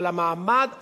אבל המעמד הבינוני,